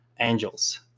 angels